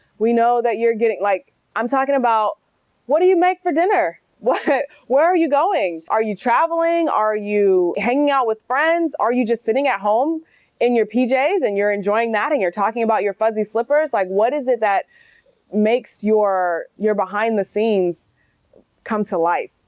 we know that you're getting, like i'm talking about what do you make for dinner? where are you going? are you traveling, are you hanging out with friends? are you just sitting at home in your pj's and you're enjoying that and you're talking about your fuzzy slippers. like what is it that makes your your behind the scenes come to life.